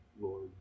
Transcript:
Lord